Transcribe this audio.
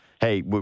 hey